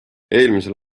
eelmisel